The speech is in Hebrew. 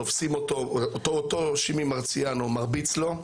תופסים אותו, אותו שימי מרציאנו מרביץ לו.